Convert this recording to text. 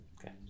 okay